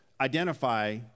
identify